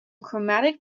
chromatic